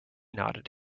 nodded